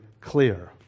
clear